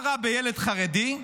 מה רע בילד חרדי,